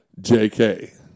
JK